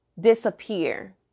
disappear